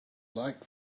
like